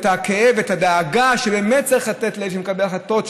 את הכאב ואת הדאגה שבאמת צריך אצל מקבלי ההחלטות.